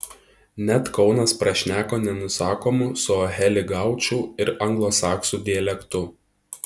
net kaunas prašneko nenusakomu suaheli gaučų ir anglosaksų dialektu